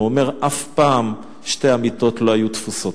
הוא אמר: אף פעם שתי המיטות לא היו תפוסות.